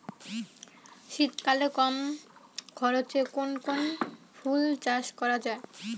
শীতকালে কম খরচে কোন কোন ফুল চাষ করা য়ায়?